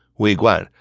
wei guan,